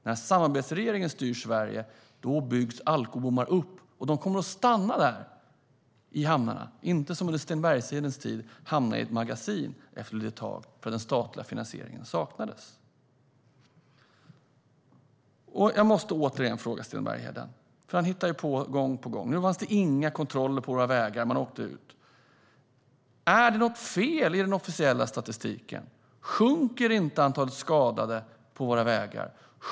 När samarbetsregeringen styr Sverige byggs alkobommar upp, och de kommer att stanna där, i hamnarna, och inte som under Sten Berghedens tid hamna i ett magasin efter ett litet tag därför att den statliga finansieringen saknas. Jag måste återigen fråga Sten Bergheden, för han hittar på gång på gång - nu fanns det inga kontroller på våra vägar när man åkte ut. Är det något fel i den officiella statistiken? Sjunker inte antalet skadade på våra vägar?